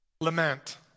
Lament